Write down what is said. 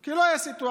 כי לא תהיה סיטואציה.